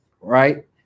right